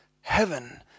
heaven